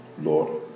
Lord